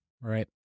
Right